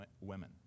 women